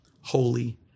holy